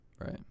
Right